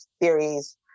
theories